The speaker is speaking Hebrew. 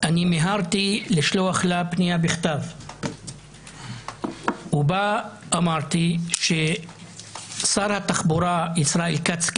מיהרתי לשלוח לה פניה בכתב ובה אמרתי ששר התחבורה ישראל כץ,